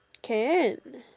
can